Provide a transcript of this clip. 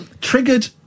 Triggered